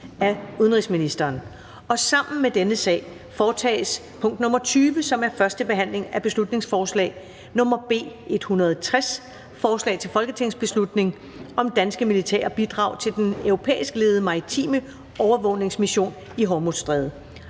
26.03.2020). Sammen med dette punkt foretages: 20) 1. behandling af beslutningsforslag nr. B 160: Forslag til folketingsbeslutning om danske militære bidrag til den europæiskledede maritime overvågningsmission i Hormuzstrædet.